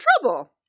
trouble